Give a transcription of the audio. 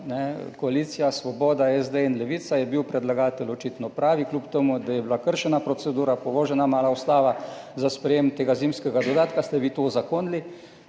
koalicija – Svoboda, SD in Levica, je bil predlagatelj očitno pravi, kljub temu, da je bila kršena procedura, malo povožena ustava, za sprejetje tega zimskega dodatka ste vi to uzakonili,